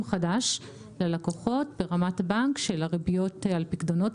חדש ללקוחות ברמת הבנק של הריביות על פיקדונות,